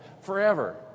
forever